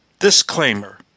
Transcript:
Disclaimer